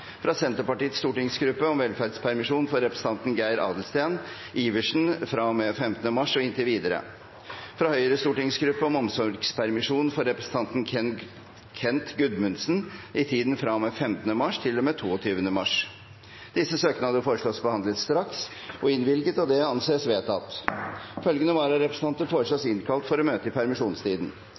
fra Senterpartiets stortingsgruppe om velferdspermisjon for representanten Geir Adelsten Iversen fra og med 15. mars og inntil videre fra Høyres stortingsgruppe om omsorgspermisjon for representanten Kent Gudmundsen i tiden fra og med 15. mars til og med 22. mars Etter forslag fra presidenten ble enstemmig besluttet: Søknadene behandles straks og innvilges. Følgende vararepresentanter innkalles for å møte i permisjonstiden: